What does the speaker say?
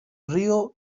río